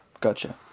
Gotcha